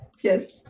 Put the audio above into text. yes